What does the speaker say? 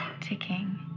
ticking